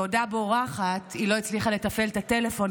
בעודה בורחת היא לא הצליחה לתפעל את הטלפון,